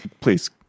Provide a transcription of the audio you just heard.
Please